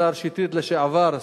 השר לשעבר שטרית,